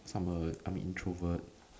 I'm a I'm a introvert